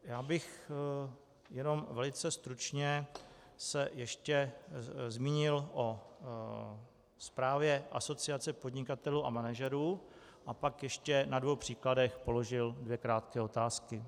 Já bych jenom velice stručně se ještě zmínil o zprávě Asociace podnikatelů a manažerů a pak ještě na dvou příkladech položil dvě krátké otázky.